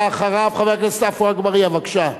הבא אחריו, חבר הכנסת עפו אגבאריה, בבקשה.